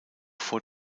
vor